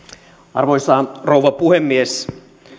arvoisa rouva puhemies